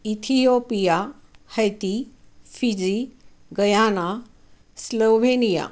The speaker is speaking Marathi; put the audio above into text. Ethiopia Haiti Fiji Guyana Slovenia